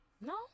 No